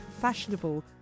fashionable